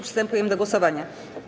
Przystępujemy do głosowania.